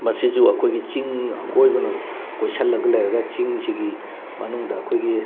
ꯃꯁꯤꯁꯨ ꯑꯩꯈꯣꯏꯒꯤ ꯆꯤꯡ ꯑꯀꯣꯏꯕꯅ ꯀꯣꯏꯁꯜꯂꯒ ꯂꯩꯔꯒ ꯆꯤꯡꯁꯤꯒꯤ ꯃꯅꯨꯡꯗ ꯑꯩꯈꯣꯏꯒꯤ